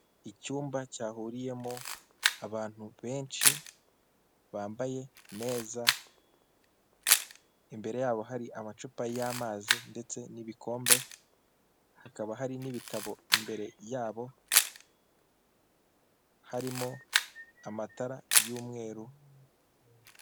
Icyumba cyahuriyemo abantu benshi bambaye neza imbere yabo hari amacupa y'amazi ndetse n'ibikombe hakaba hari n'ibitabo imbere yabo harimo amatara y'umweru.